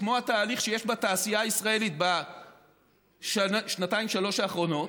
כמו התהליך שיש בתעשייה הישראלית בשנתיים-שלוש האחרונות,